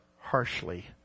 harshly